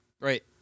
Right